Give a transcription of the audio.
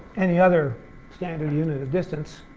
any other standard unit of distance.